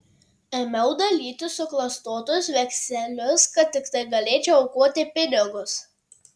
ėmiau dalyti suklastotus vekselius kad tiktai galėčiau aukoti pinigus